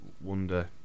wonder